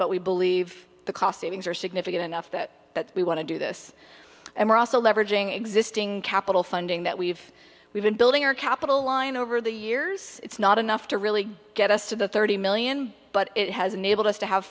but we believe the cost savings are significant enough that we want to do this and we're also leveraging existing capital funding that we've we've been building our capital line over the years it's not enough to really get us to the thirty million but it has enabled us to have